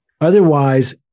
Otherwise